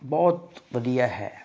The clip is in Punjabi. ਬਹੁਤ ਵਧੀਆ ਹੈ